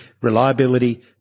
reliability